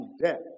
death